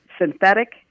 synthetic